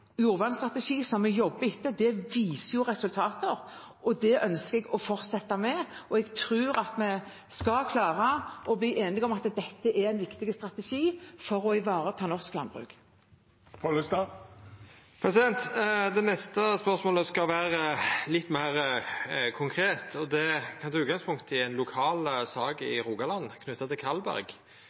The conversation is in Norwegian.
jordvernstrategi som vi jobber etter, viser resultater, og det ønsker jeg å fortsette med. Og jeg tror at vi skal klare å bli enige om at dette er en viktig strategi for å ivareta norsk landbruk. Det neste spørsmålet skal vera litt meir konkret, og det tek utgangspunkt i ei lokal sak i Rogaland, knytt til Kalberg.